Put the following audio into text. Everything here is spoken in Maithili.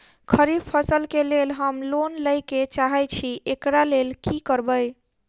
खरीफ फसल केँ लेल हम लोन लैके चाहै छी एकरा लेल की करबै?